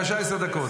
בבקשה, עשר דקות.